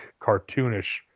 cartoonish